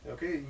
Okay